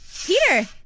Peter